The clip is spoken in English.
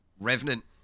Revenant